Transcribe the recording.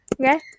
okay